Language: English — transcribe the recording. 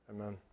Amen